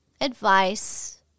advice